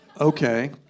Okay